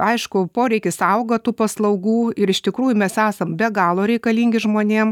aišku poreikis auga tų paslaugų ir iš tikrųjų mes esam be galo reikalingi žmonėm